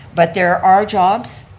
but there are jobs,